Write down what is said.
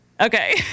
Okay